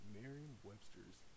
Merriam-Webster's